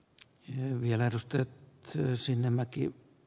tehy vielä pystynyt se sinnemäki